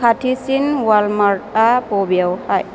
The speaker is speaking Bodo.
खाथिसिन वालमार्टआ बबेयावहाय